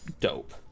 Dope